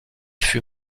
fut